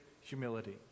Humility